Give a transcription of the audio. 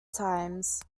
times